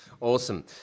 Awesome